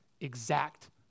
exact